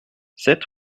sept